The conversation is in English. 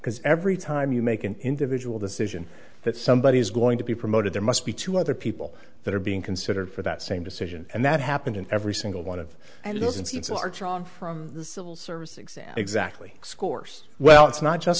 because every time you make an individual decision that somebody is going to be promoted there must be two other people that are being considered for that same decision and that happened in every single one of and this instance larcher on from the civil service exam exactly scores well it's not just